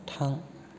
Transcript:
थां